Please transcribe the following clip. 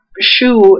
shoe